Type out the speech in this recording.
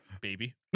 baby